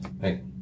Hey